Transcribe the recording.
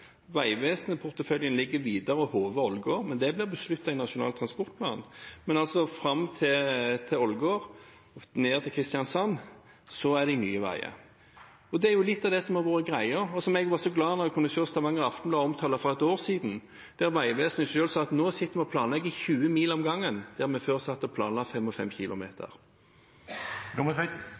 men det ble besluttet i Nasjonal transportplan. Men altså: Fram til Ålgård og ned til Kristiansand er det Nye Veier. Det er jo litt av det som har vært greia, og som jeg var så glad for å se Stavanger Aftenblad omtale for et år siden – der Vegvesenet selv sa at nå sitter vi og planlegger 20 mil om gangen der vi før satt og planla